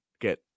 get